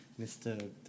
Mr